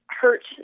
hurt